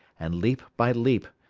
and leap by leap,